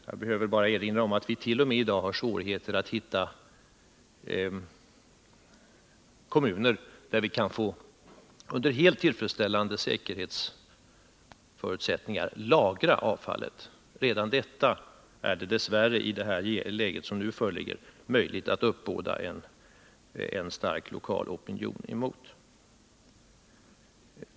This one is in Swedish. Jag behöver bara erinra om att vi i dag t.o.m. har svårigheter att hitta kommuner där vi under helt tillfredsställande säkerhetsförutsättningar kan få lagra avfallet — redan detta är det dess värre i det läge som nu föreligger möjligt att uppbåda en stark lokal opinion emot.